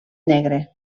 negre